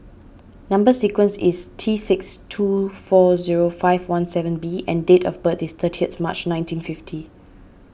Number Sequence is T six two four zero five one seven B and date of birth is thirtieth March nineteen fifty